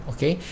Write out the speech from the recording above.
Okay